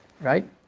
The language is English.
right